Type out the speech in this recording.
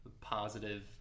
positive